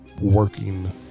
working